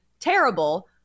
terrible